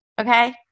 okay